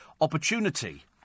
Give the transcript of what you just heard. opportunity